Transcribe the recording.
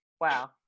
wow